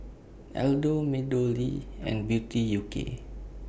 Aldo Meadowlea and Beauty U K